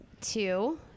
two